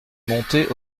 montais